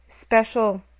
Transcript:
special